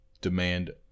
demand